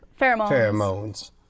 pheromones